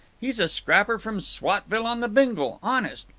he's a scrapper from swatville-on-the-bingle. honest!